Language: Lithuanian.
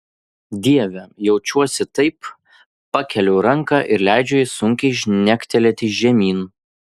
dieve jaučiuosi taip pakeliu ranką ir leidžiu jai sunkiai žnegtelėti žemyn